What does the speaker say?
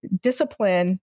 discipline